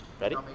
Ready